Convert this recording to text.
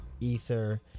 ether